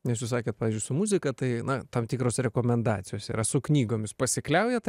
nes jus sakėt pavyzdžiui su muzika tai na tam tikros rekomendacijos yra su knygomis pasikliaujat